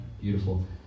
Beautiful